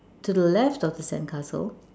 to the left of the sandcastle